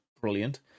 brilliant